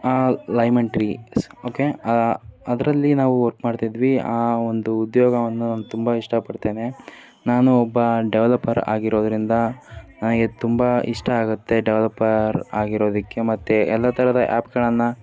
Lyman trees okay ಅದರಲ್ಲಿ ನಾವು work ಮಾಡ್ತಿದ್ವಿ ಆ ಒಂದು ಉದ್ಯೋಗವನ್ನು ನಾನು ತುಂಬ ಇಷ್ಟಪಡ್ತೇನೆ ನಾನು ಒಬ್ಬ ಡೆವಲಪರ್ ಆಗಿರೋದರಿಂದ ನನಗೆ ತುಂಬ ಇಷ್ಟ ಆಗುತ್ತೆ ಡೆವಲಪರ್ ಆಗಿರೋದಕ್ಕೆ ಮತ್ತು ಎಲ್ಲ ಥರದ ಆ್ಯಪ್ಗಳನ್ನು